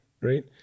right